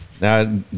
Now